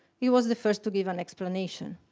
he was the first to give an explanation.